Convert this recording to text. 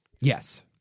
Yes